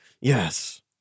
Yes